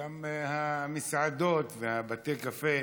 גם המסעדות ובתי הקפה,